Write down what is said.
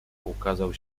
ukazał